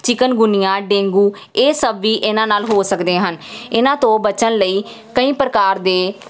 chikungunya dengue ਇਹ ਸਭ ਵੀ ਇਹਨਾਂ ਨਾਲ ਹੋ ਸਕਦੇ ਹਨ ਇਹਨਾਂ ਤੋਂ ਬਚਣ ਲਈ ਕਈ ਪ੍ਰਕਾਰ ਦੇ